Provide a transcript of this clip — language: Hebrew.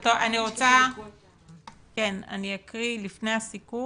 לפני הסיכום אקריא כך: